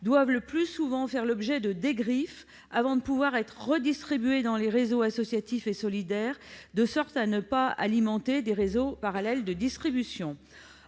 doivent le plus souvent faire l'objet de dégriffes avant de pouvoir être redistribués dans les réseaux associatifs et solidaires, afin de ne pas alimenter des réseaux parallèles de distribution.